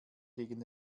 gegen